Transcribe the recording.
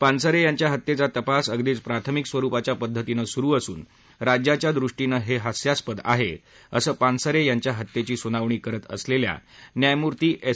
पानसरे यांच्या हत्येच्या तपास अगदीच प्राथमिक स्वरुपाच्या पद्धतीने सुरु असून राज्याच्यादृष्टीने हे हास्यास्पद आहे असं पानसरे यांच्या हत्येची सुनावणी करत असलेल्या न्यायमूर्ती एस